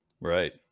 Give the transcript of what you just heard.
Right